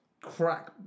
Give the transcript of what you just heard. Crack